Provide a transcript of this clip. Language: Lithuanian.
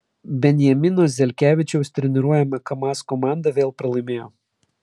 benjamino zelkevičiaus treniruojama kamaz komanda vėl pralaimėjo